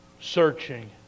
searching